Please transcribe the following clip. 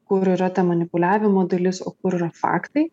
kur yra ta manipuliavimo dalis o kur yra faktai